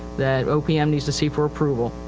that opm needs to see for approval.